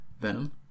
Venom